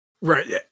Right